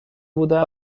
بودم